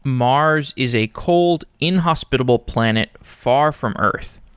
mars is a cold, inhospitable planet far from earth.